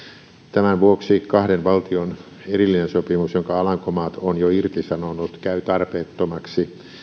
tämän vuoksi kahden valtion erillinen sopimus jonka alankomaat on jo irtisanonut käy tarpeettomaksi